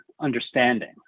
understanding